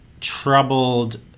troubled